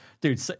Dude